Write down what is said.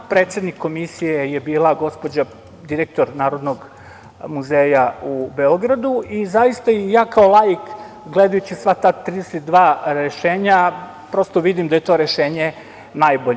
Predsednik Komisije je bila gospođa, direktor Narodnog muzeja u Beogradu i zaista i ja kao laik gledajući sva ta 32 rešenja, prosto vidim da je to rešenje najbolje.